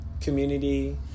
community